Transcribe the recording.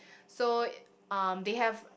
so um they have